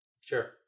Sure